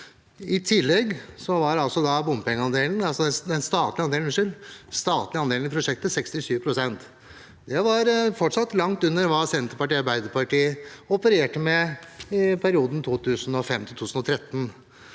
I tillegg var den statlige andelen i prosjektet 67 pst. Det var fortsatt langt under hva Senterpartiet og Arbeiderpartiet opererte med i perioden 2005–2013.